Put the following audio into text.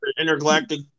intergalactic